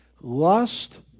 Lust